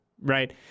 right